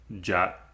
jot